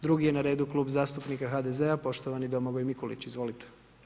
Drugi je na redu Klub zastupnika HDZ-a poštovani Domagoj Mikulić, izvolite.